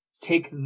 take